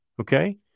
okay